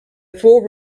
full